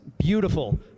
beautiful